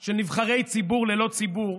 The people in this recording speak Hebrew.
של נבחרי ציבור ללא ציבור.